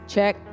Check